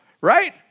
right